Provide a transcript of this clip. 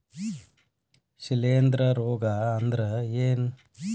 ಶಿಲೇಂಧ್ರ ರೋಗಾ ಅಂದ್ರ ಏನ್?